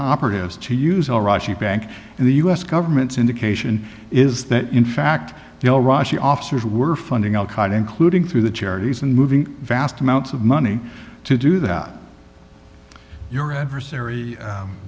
operatives to use all russian bank in the us government's indication is that in fact the all russia officers were funding al qaeda including through the charities and moving vast amounts of money to do that your adversary